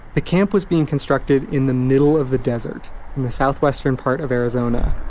the camp was being constructed in the middle of the desert in the southwestern part of arizona,